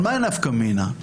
אבל מאי נפקא מינה?